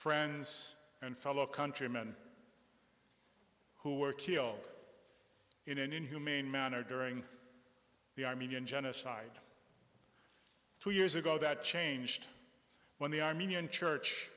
friends and fellow countrymen who were killed in an inhumane manner during the armenian genocide two years ago that changed when the armenian church